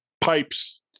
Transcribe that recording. pipes